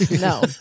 no